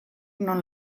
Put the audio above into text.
non